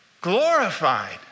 glorified